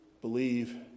believe